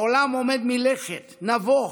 העולם עומד מלכת, נבוך,